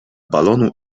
balonu